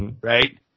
right